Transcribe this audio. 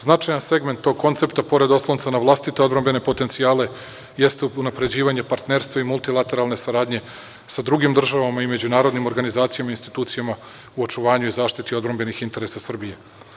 Značajan segment tog koncepta, pored oslonca na vlastite odbrambene potencijale, jeste unapređivanje partnerstva i multilaterarne saradnje sa drugim državama i međunarodnim organizacijama i institucijama u očuvanju i zaštiti odbrambenih interesa Srbije.